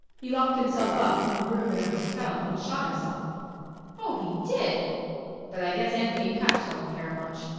he locked himself up in a room in a hotel and shot himself oh, he did but i guess anthony patch don't care much.